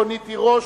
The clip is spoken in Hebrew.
רונית תירוש,